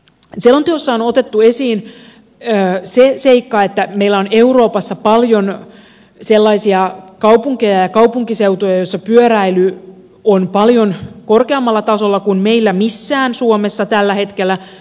selonteossa on otettu esiin se seikka että meillä on euroopassa paljon sellaisia kaupunkeja ja kaupunkiseutuja joissa pyöräily on paljon korkeammalla tasolla kuin missään meillä suomessa tällä hetkellä